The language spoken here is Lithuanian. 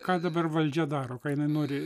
ką dabar valdžia daro ką jinai nori